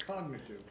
Cognitive